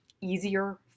easier